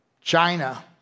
China